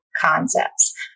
concepts